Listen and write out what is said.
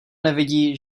nevidí